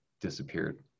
disappeared